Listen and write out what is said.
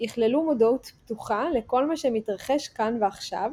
יכללו מודעות פתוחה לכל מה שמתרחש כאן ועכשיו,